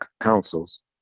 councils